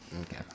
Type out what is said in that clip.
Okay